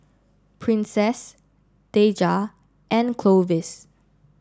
princess Deja and Clovis